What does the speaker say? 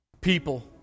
people